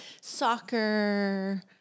Soccer